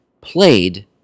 played